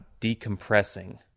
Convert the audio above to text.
decompressing